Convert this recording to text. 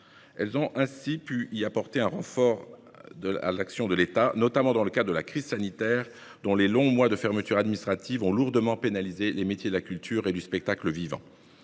Elles ont ainsi pu contribuer à renforcer l'action de l'État, notamment lors de la crise sanitaire, les longs mois de fermeture administrative ayant lourdement pénalisé les métiers de la culture et du spectacle vivant.